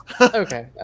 Okay